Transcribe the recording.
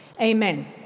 Amen